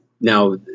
Now